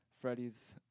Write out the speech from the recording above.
Freddie's